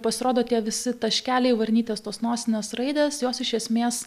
pasirodo tie visi taškeliai varnytės tos nosinės raidės jos iš esmės